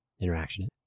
interaction